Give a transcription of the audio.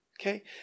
Okay